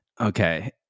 Okay